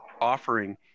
offering